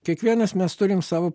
kiekvienas mes turim savo